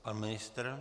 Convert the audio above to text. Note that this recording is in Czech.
Pan ministr?